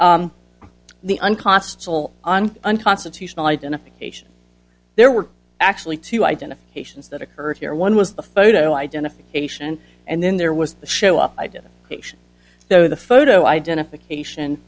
issues the un costal on unconstitutional identification there were actually two identifications that occurred here one was the photo identification and then there was the show up i did though the photo identification